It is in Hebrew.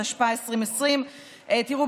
התשפ"א 2020. תראו,